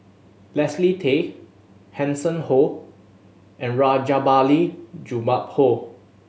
Leslie Tay Hanson Ho and Rajabali Jumabhoy